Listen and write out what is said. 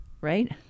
right